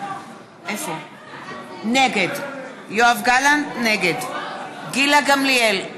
נגד גילה גמליאל,